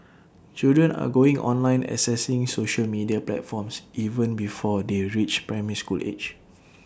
children are going online accessing social media platforms even before they reach primary school age